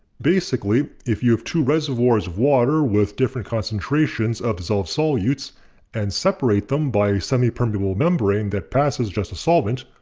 basically, if you have two reservoirs of water with different concentrations of dissolved solutes and separate them by a semipermeable membrane that passes just the solvent,